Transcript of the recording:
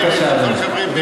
בבקשה, אדוני.